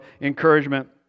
encouragement